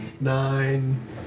nine